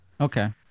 Okay